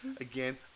Again